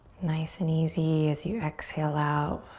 nice and easy as you exhale out.